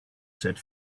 said